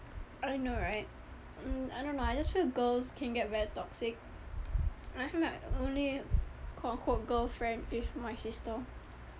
I know right mm I don't know I just feel girls can get very toxic I feel my only quote on quote girl friend is my sister